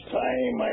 time